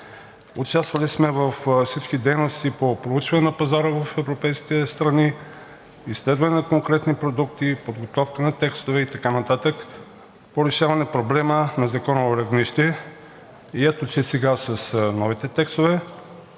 Участвали сме във всички дейности по проучване на пазара в европейските страни, изследване на конкретни продукти, подготовка на текстове по решаване на проблема на законово равнище и ето, че сега с новите текстове